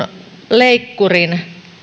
leikkurin